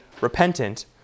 repentant